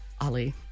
Ali